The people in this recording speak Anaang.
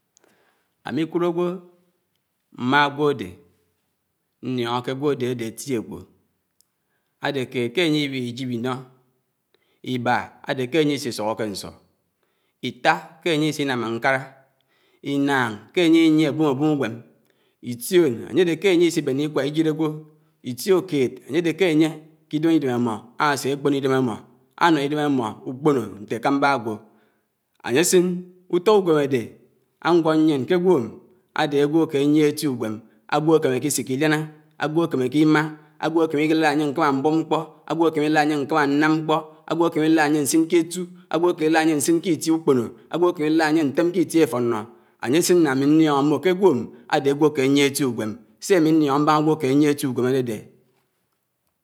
Ámíkùd ágwó mmá ágwòdé, ñníóñó k’ágwó ádé ádé éfíágwó. Ádé kéd k’ányé íwísíb ínó íbá ádé k’ányé ísí súhóké ñsú, ítá k’ángé ísí nwmá ñkárá, ínáñ k’ányé ísí béné íkwá íjíré ágwó, ítíókéd áyédé k’ányé k’ídém ídém ámó ásé kpónó ídém ámó ídém ámó úkpònò ñté ékámbá ágwó, áyésín útó ùgwém ádé áñgwéd ñyién k’ágwóm ádé ágwó áké yíéhé éti ùgwém ágwó ákéméké ísíkí ílíáná, ágwó akéméké ímá. ágwò ákíkí íkilád ányé ñkámá mbù mkpó. ágwò ákímí úád ányé ñkámá ñnám mkpó, ágwó ákúní ílád ányé ñsín k’atú, ágwò ákímí ilád ányé ñsín kítíe ùkpònò ágwò àkìmì ilád ányé ñtém kítíe áfónó, ányésín ná ámí ñníóñó mmó k’ágwón ádé ágwó áké ányíéhé éti úgwém. Sé ámí ñníónó mbáñá ágwó áké ányíéhé étí ùgwém ádédé.